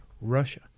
Russia